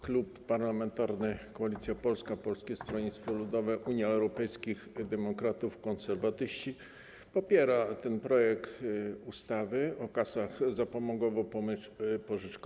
Klub Parlamentarny Koalicja Polska - Polskie Stronnictwo Ludowe, Unia Europejskich Demokratów, Konserwatyści popiera projekt ustawy o kasach zapomogowo-pożyczkowych.